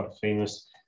famous